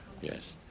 Yes